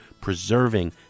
preserving